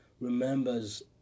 remembers